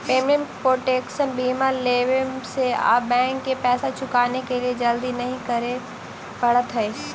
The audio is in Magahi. पेमेंट प्रोटेक्शन बीमा लेवे से आप बैंक के पैसा चुकाने के लिए जल्दी नहीं करे पड़त हई